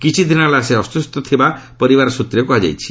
କିଛିଦିନ ହେଲା ସେ ଅସୁସ୍ଥ ଥିବାର ପରିବାର ସୂତ୍ରରେ କୁହାଯାଇଛି